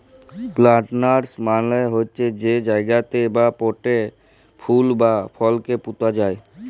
planters মালে হছে যে জায়গাতে বা পটে ফুল বা ফলকে পুঁতা যায়